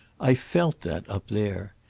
i felt that, up there.